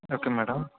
okay madam